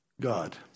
God